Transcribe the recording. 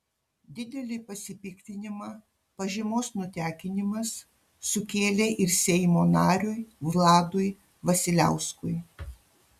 didelį pasipiktinimą pažymos nutekinimas sukėlė ir seimo nariui vladui vasiliauskui